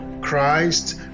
christ